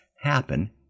happen